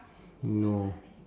no